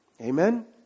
Amen